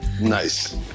Nice